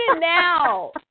now